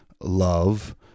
love